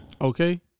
Okay